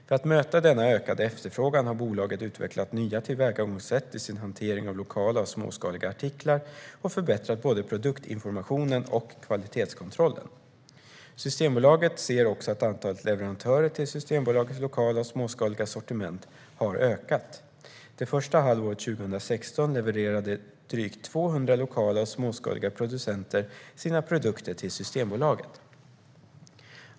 För att möta denna ökade efterfrågan har bolaget utvecklat nya tillvägagångssätt i sin hantering av lokala och småskaliga artiklar och förbättrat både produktinformationen och kvalitetskontrollen. Systembolaget ser också att antalet leverantörer till Systembolagets lokala och småskaliga sortiment har ökat. Det första halvåret 2016 levererade drygt 200 lokala och småskaliga producenter sina produkter till Systembolaget.